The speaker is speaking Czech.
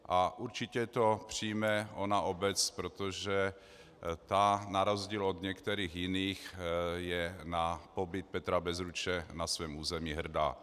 A určitě to přijme ona obec, protože ta na rozdíl od některých jiných je na pobyt Petra Bezruče na svém území hrdá.